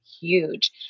huge